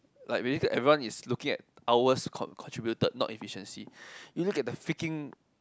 like maybe everyone is looking at hours contributed not efficiency you look at the freaking